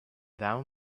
down